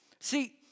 See